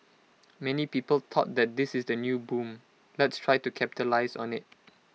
many people thought that this is the new boom let's try to capitalise on IT